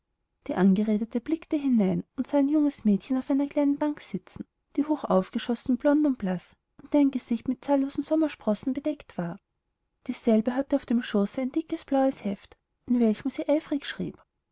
die angeredete blickte hinein und sah ein junges mädchen auf einer kleinen bank sitzen die hochaufgeschossen blond und blaß und deren gesicht mit zahllosen sommersprossen bedeckt war dieselbe hatte auf dem schoße ein dickes blaues heft in welchem sie eifrig schrieb